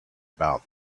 about